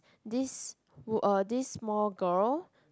this wo~ uh this small girl